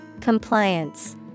Compliance